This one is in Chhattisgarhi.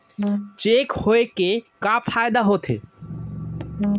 चेक होए के का फाइदा होथे?